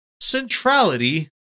centrality